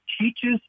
teaches